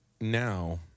now